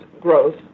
growth